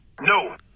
No